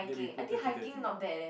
then we put thirty thirty